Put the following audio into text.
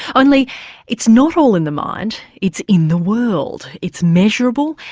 only it's not all in the mind it's in the world, it's measurable,